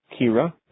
Kira